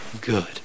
good